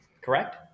correct